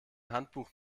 handbuch